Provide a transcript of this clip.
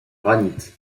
granit